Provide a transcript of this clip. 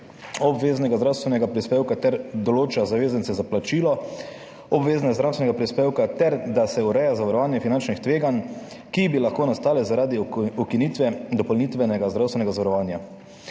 obveznega zdravstvenega prispevka ter določa zavezance za plačilo obveznega zdravstvenega prispevka ter da se ureja zavarovanje finančnih tveganj, ki bi lahko nastala zaradi ukinitve dopolnitvenega zdravstvenega zavarovanja.